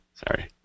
Sorry